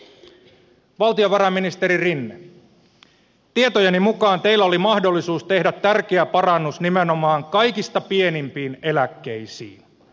valtiovarainministeri rinne tietojeni mukaan teillä oli mahdollisuus tehdä tärkeä parannus nimenomaan kaikista pienimpiin eläkkeisiin